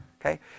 Okay